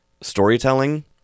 storytelling